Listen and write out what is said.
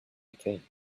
became